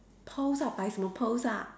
pose ah 摆什么 pose ah